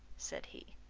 said he.